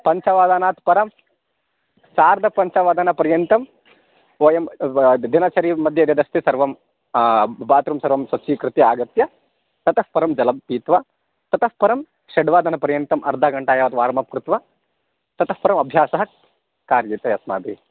पञ्चवादनात् परं सार्धपञ्चवादनपर्यन्तं वयं व दिनचरिमध्ये यदस्ति सर्वं बात्रुं सर्वं स्वच्छीकृत्य आगत्य ततः परं जलं पीत्वा ततः परं षड्वादनपर्यन्तं अर्धघण्टायावत् आरम्भं कृत्वा ततः परं अभ्यासः कार्यते अस्माभिः